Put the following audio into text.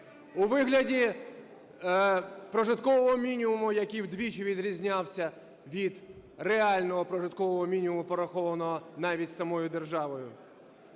у вигляді прожиткового мінімуму, який вдвічі відрізнявся від реального прожиткового мінімуму, порахованого навіть самою державою.